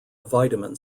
vitamin